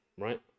right